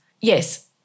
Yes